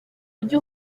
ujye